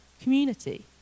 community